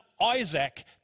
Isaac